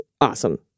awesome